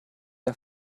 der